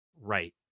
right